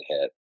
hit